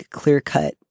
clear-cut